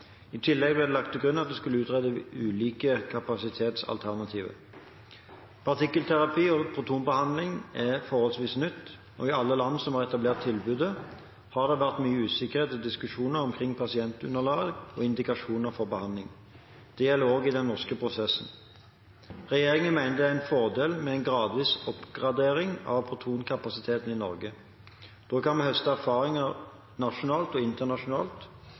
I tillegg ble det lagt til grunn at det skulle utredes ulike kapasitetsalternativer. Partikkelterapi og protonbehandling er forholdsvis nytt, og i alle land som har etablert tilbudet, har det vært mye usikkerhet og diskusjoner omkring pasientunderlag og indikasjoner for behandling. Det gjelder også i den norske prosessen. Regjeringen mener det er en fordel med en gradvis oppgradering av protonkapasiteten i Norge. Da kan vi høste erfaringer nasjonalt og internasjonalt,